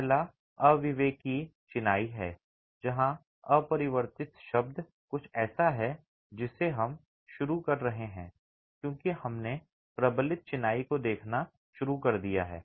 पहला अविवेकी चिनाई है जहां अपरिवर्तित शब्द कुछ ऐसा है जिसे हम शुरू कर रहे हैं क्योंकि हमने प्रबलित चिनाई को देखना शुरू कर दिया है